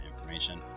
information